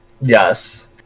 Yes